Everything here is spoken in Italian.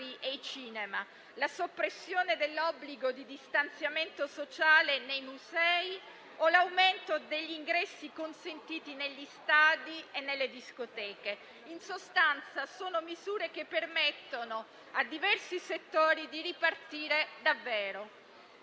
i cinema, la soppressione dell'obbligo di distanziamento sociale nei musei o l'aumento degli ingressi consentiti negli stadi e nelle discoteche. In sostanza, sono misure che permettono a diversi settori di ripartire davvero.